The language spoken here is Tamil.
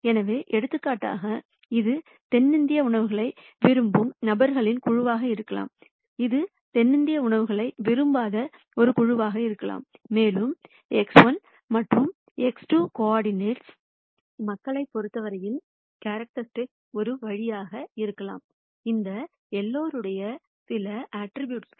எனவே எடுத்துக்காட்டாக இது தென்னிந்திய உணவகங்களை விரும்பும் நபர்களின் குழுவாக இருக்கலாம் இது தென்னிந்திய உணவகங்களை விரும்பாத ஒரு குழுவாக இருக்கலாம் மேலும் X1 மற்றும் X2 கோஆர்டினட்ஸ் மக்களைப் பொறுத்தவரையில் குணாதிசயப்படுத்துவதற்கான ஒரு வழியாக இருக்கலாம் இந்த எல்லோருடைய சில பண்புக்கூறுகள்